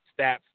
stats